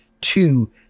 Two